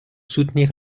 soutenir